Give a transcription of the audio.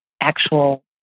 actual